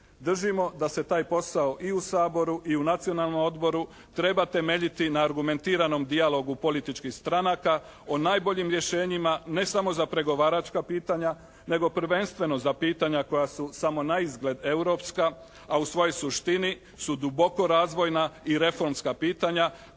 Držimo da se taj posao i u Saboru i u Nacionalnom odboru treba temeljiti na argumentiranom dijalogu političkih stranaka o najboljim rješenjima ne samo za pregovaračka pitanja nego prvenstveno za pitanja koja su samo naizgled europska a u svojoj suštini su doboko razvojna i reformska pitanja